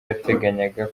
yateganyaga